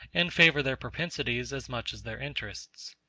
and favor their propensities as much as their interests.